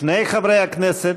שני חברי כנסת